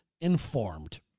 informed